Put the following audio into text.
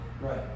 Right